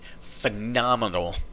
phenomenal